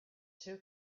two